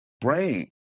brain